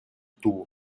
tubo